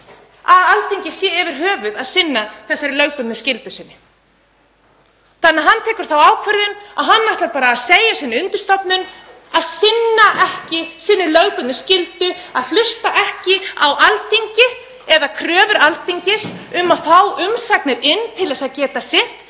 að Alþingi sinni yfir höfuð þessari lögbundnu skyldu sinni þannig að hann tekur þá ákvörðun að hann ætli bara að segja sinni undirstofnun að sinna ekki lögbundinni skyldu sinni, að hlusta ekki á Alþingi eða kröfur Alþingis um að fá umsagnir til að geta sinnt